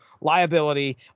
liability